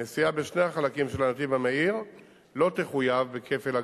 נסיעה בשני החלקים של הנתיב המהיר לא תחויב בכפל אגרה.